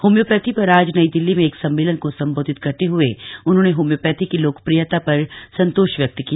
homeopathy पर आज नई दिल्ली में एक सम्मेलन को सम्बोधित करते हुए उन्होंने होम्योपैथी की लोकप्रियता पर संतोष व्यक्त किया